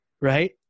right